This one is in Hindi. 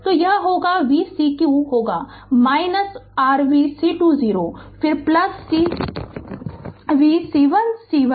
तो यह तब v cq होगा r v C2 0 फिर v C1 0 0 दाएं